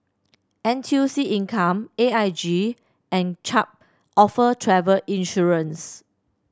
N T U C Income A I G and Chubb offer travel insurance